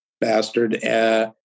bastard